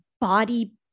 body